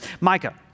Micah